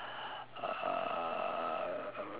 uh